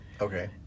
Okay